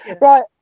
Right